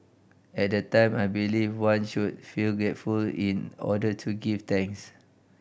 at the time I believed one should feel grateful in order to give thanks